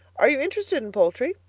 are you interested in poultry?